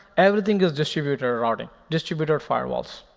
everything is distributor routing, distributor firewalls.